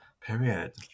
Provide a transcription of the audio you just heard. Period